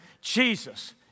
Jesus